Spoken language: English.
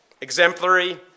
exemplary